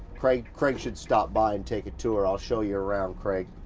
craig craig should stop by and take a tour. i'll show you around, craig.